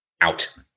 out